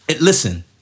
Listen